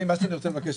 מה שאני רוצה לבקש,